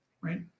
right